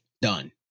Done